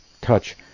touch